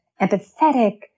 empathetic